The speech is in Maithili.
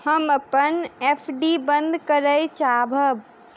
हम अपन एफ.डी बंद करय चाहब